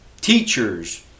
Teachers